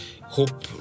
hope